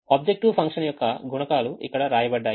objective function యొక్క గుణకాలు ఇక్కడ వ్రాయబడ్డాయి